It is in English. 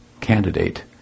candidate